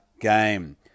game